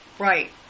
Right